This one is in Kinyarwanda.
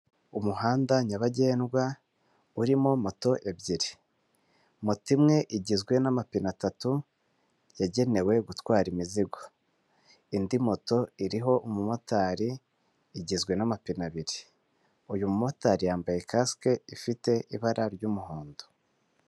Umuhanda nyabagendwa urimo moto ebyiri moto imwe igizwe n'amapine atatu yagenewe gutwara imizigo indi moto iriho umumotari igizwe n'amapine abiri uyu mumotari yambaye casike ifite ibara ry'umuhondo.